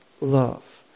love